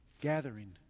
gathering